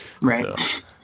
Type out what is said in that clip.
Right